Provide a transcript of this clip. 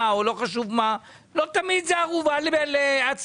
או לא חשוב מה זה לא תמיד ערובה להצלחה.